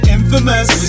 infamous